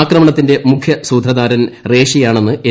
ആക്രമണത്തിന്റെ മുഖ്യ സൂത്രധാരൻ റേഷി ആണെന്ന് ് എൻ